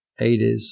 80s